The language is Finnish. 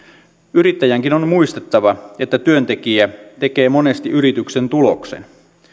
yrittäjänkin on muistettava että työntekijä tekee monesti yrityksen tuloksen